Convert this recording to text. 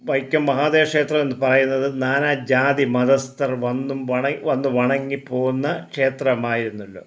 വൈക്കം മഹാദേവക്ഷേത്രമെന്ന് പറയുന്നത് നാനാജാതി മതസ്ഥർ വന്നും വന്ന് വണങ്ങി പോകുന്ന ക്ഷേത്രമായിരുന്നല്ലോ